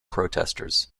protesters